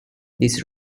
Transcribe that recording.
this